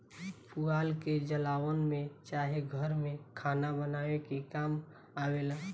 पुआल के जलावन में चाहे घर में खाना बनावे के काम आवेला